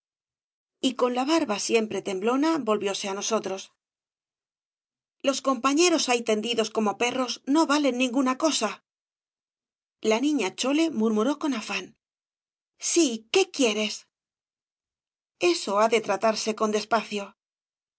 y con la barba siempre temblona volvióse á nosotros los compañeros ahí tendidos como perros no valen ninguna cosa la niña chole murmuró con afán sí qué quieres eso ha de tratarse con despacio